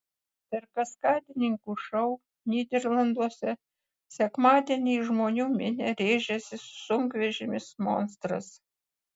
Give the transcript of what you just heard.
per kaskadininkų šou nyderlanduose sekmadienį į žmonų minią rėžėsi sunkvežimis monstras